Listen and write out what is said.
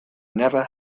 never